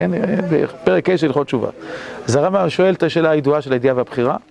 פרק ה' של הלכות תשובה. אז הרמב״ם שואל את השאלה הידועה של הידיעה והבחירה.